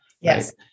Yes